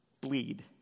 bleed